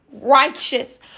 righteous